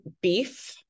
beef